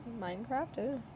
Minecraft